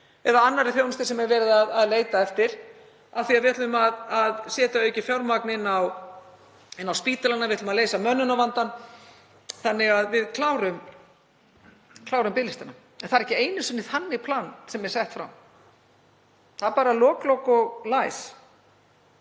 eða annarri þjónustu sem verið er að leita eftir, af því að við ætlum að setja aukið fjármagn inn á spítalana, við ætlum að leysa mönnunarvandann þannig að við klárum biðlistana. En það er ekki einu sinni þannig plan sem er sett fram. Það er bara lok, lok og læs.